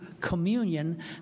communion